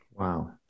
Wow